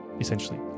essentially